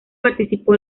participó